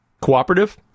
cooperative